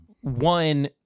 One